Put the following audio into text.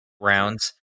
rounds